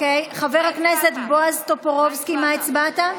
הצעת החוק לא התקבלה.